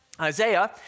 Isaiah